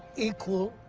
equal.